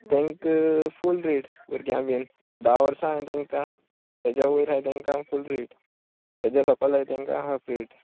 तांकां फूल रेट भुरग्यां बीन धा वर्सां हांवें तांकां तेज्या वयर हाय तांकां फूल रेट तेज्या सोकोल आहाय तांकां हाफ रेट